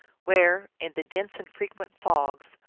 where, in the dense and fre quent fogs,